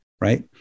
right